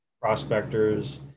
prospectors